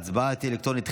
ההצבעה תהיה אלקטרונית.